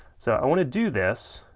so i want to do this,